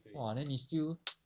!wah! then 你 feel